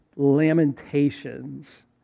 Lamentations